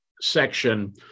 section